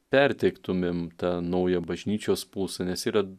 perteiktumėm tą naują bažnyčios pulsą nes yra